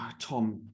tom